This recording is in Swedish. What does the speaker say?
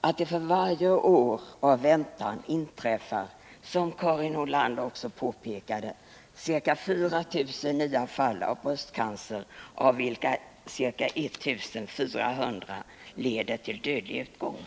och att det för varje år av väntan inträffar, såsom Karin Nordlander också påpekade, ca 4000 nya fall av bröstcancer, av vilka ca 1 400 leder till dödlig utgång.